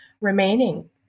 remaining